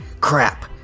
crap